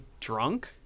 drunk